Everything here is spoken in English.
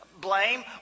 blame